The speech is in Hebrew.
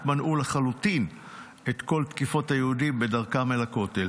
מנעו לחלוטין את כל תקיפות היהודים בדרכם אל הכותל.